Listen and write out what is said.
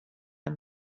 amb